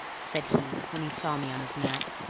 said he, when he saw me on his mat.